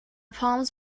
palms